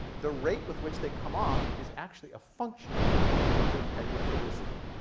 the rate with which they come off is actually a function of their hydrophobicity.